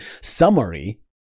summary